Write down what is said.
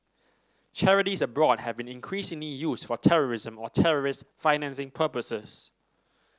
charities abroad have been increasingly used for terrorism or terrorist financing purposes